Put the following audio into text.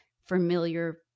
familiar